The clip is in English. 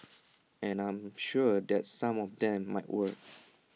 and I am sure that some of them might work